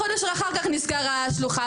חודש לאחר כך נסגרה השלוחה.